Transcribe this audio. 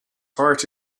heart